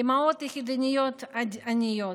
אימהות יחידניות עניות,